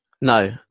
no